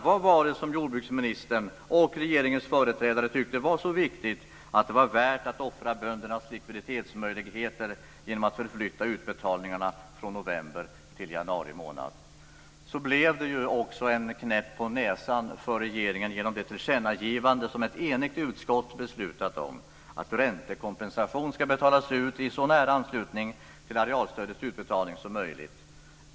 Vad var det som jordbruksministern och regeringens företrädare tyckte var så viktigt att det var värt att offra böndernas likviditetsmöjligheter genom att förflytta utbetalningarna från november till januari månad? Så blev det också en knäpp på näsan för regeringen genom det tillkännagivande som ett enigt utskott beslutat om: att räntekompensation ska betalas ut i så nära anslutning till arealstödets utbetalning som möjligt.